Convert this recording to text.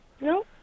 no